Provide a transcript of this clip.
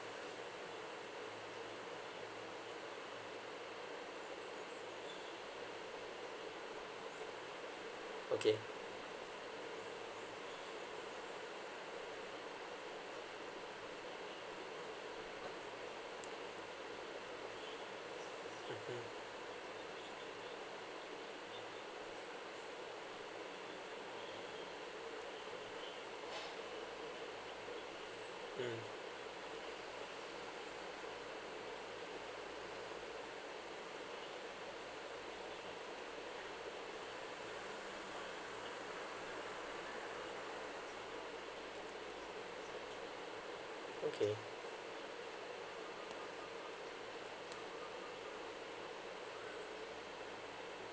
okay mmhmm mm okay